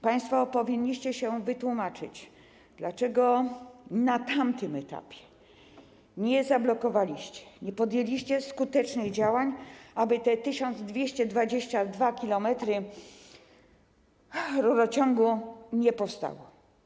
Państwo powinniście się wytłumaczyć z tego, dlaczego na tamtym etapie tego nie zablokowaliście, nie podjęliście skutecznych działań, aby te 1222 km rurociągu nie powstały.